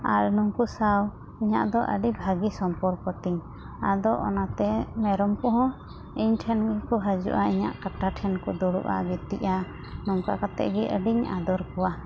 ᱟᱨ ᱱᱩᱝᱠᱩ ᱥᱟᱶ ᱤᱧᱟᱹᱜ ᱫᱚ ᱟᱹᱰᱤ ᱵᱷᱟᱹᱜᱤ ᱥᱚᱢᱯᱚᱨᱠᱚ ᱛᱤᱧ ᱟᱫᱚ ᱚᱱᱟᱛᱮ ᱢᱮᱨᱚᱢ ᱠᱚᱦᱚᱸ ᱤᱧ ᱴᱷᱮᱱ ᱜᱮᱠᱚ ᱦᱟᱡᱩᱜᱼᱟ ᱤᱧᱟᱹᱜ ᱠᱟᱴᱟ ᱴᱷᱮᱱ ᱠᱚ ᱫᱩᱲᱩᱵᱽᱟ ᱜᱤᱛᱤᱡ ᱟ ᱱᱚᱝᱠᱟ ᱠᱟᱛᱮᱜᱮ ᱟᱹᱰᱤᱧ ᱟᱫᱚᱨ ᱠᱚᱣᱟ